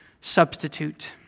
substitute